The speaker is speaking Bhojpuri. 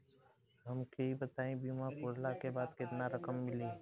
हमके ई बताईं बीमा पुरला के बाद केतना रकम मिली?